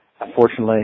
unfortunately